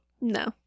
No